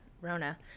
Rona